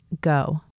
go